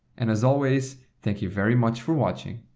and as always thank you very much for watching.